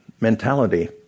mentality